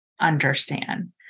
understand